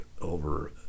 over